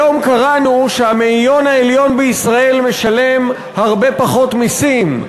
היום קראנו שהמאיון העליון בישראל משלם הרבה פחות מסים,